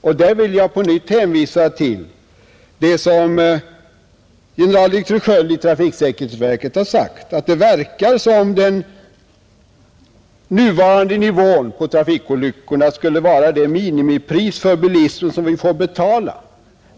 Och där vill jag på nytt hänvisa till det som generaldirektör Skiöld i trafiksäkerhetsverket har sagt, att det verkar som om den nuvarande nivån på trafikolyckorna skulle vara det minimipris för bilismen som vi får betala.